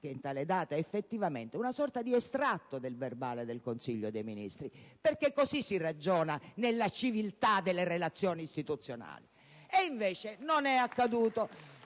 che in tale data, effettivamente era avvenuto. Una sorta di estratto del verbale del Consiglio dei ministri, perché così si ragiona nella civiltà delle relazioni istituzionali, invece, ora non è accaduto.